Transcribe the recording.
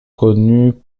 connu